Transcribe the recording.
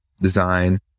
design